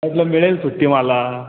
वाटलं मिळेल सुट्टी मला